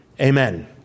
Amen